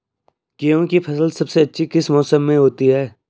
गेहूँ की फसल सबसे अच्छी किस मौसम में होती है